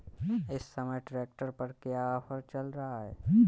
इस समय ट्रैक्टर पर क्या ऑफर चल रहा है?